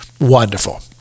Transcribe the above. wonderful